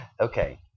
okay